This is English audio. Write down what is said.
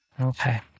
Okay